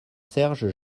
serge